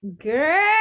Girl